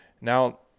Now